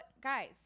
guys